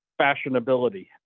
fashionability